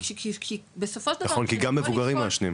כי גם מבוגרים מעשנים.